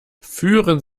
führen